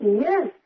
Yes